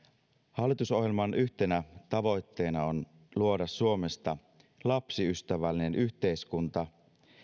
hallitusohjelman yhtenä tavoitteena on luoda suomesta lapsiystävällinen yhteiskunta